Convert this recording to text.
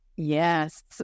Yes